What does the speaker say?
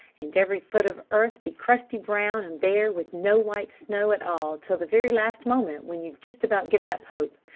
and every foot of earth be crusty-brown and bare with no white snow at all till the very last moment when you'd just about given up hope!